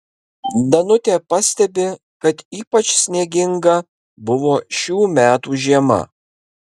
danutė pastebi kad ypač snieginga buvo šių metų žiema